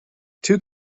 two